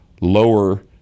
lower